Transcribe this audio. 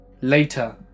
Later